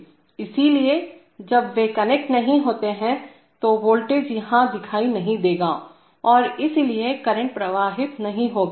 इसलिए जब वे कनेक्ट नहीं होते हैं तो वोल्टेज यहां दिखाई नहीं देगा और इसलिए करंट प्रवाहित नहीं होगा